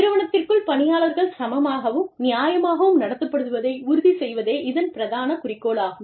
நிறுவனத்திற்குள் பணியாளர்கள் சமமாகவும் நியாயமாகவும் நடத்தப்படுவதை உறுதி செய்வதே இதன் பிரதான குறிக்கோளாகும்